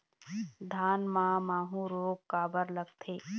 धान म माहू रोग काबर लगथे?